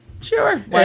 Sure